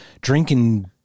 drinking